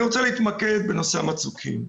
אני רוצה להתמקד בנושא המצוקים.